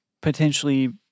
potentially